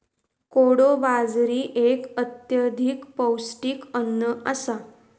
कोडो बाजरी एक अत्यधिक पौष्टिक अन्न आसा